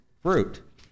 fruit